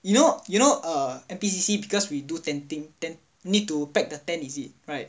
you know you know err N_P_C_C because we do tenting then need to pack the tent is it right